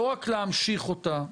לא רק להמשיך אותה,